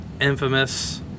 infamous